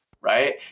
right